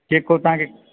जेको तव्हांखे